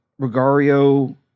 Regario